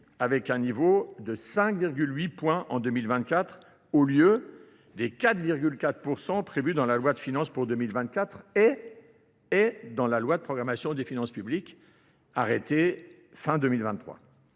avec un niveau de 5,8 points en 2024 au lieu des 4,4% prévus dans la loi de finances pour 2024 et est dans la loi de programmation des finances publiques arrêtée fin 2023.